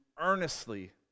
earnestly